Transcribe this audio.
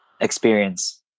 experience